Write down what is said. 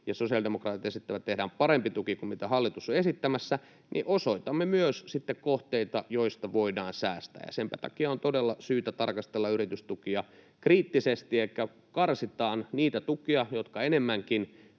ja sosiaalidemokraatit esittävät, että tehdään parempi tuki kuin mitä hallitus on esittämässä — osoitamme myös sitten kohteita, joista voidaan säästää. Senpä takia on todella syytä tarkastella yritystukia kriittisesti, elikkä karsitaan niitä tukia, jotka enemmänkin